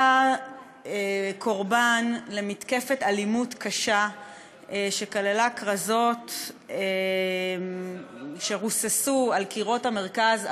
קורבן למתקפת אלימות קשה שכללה ריסוס כתובות על קירות המרכז,